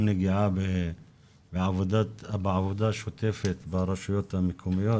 נגיעה בעבודה השוטפת ברשויות המקומיות.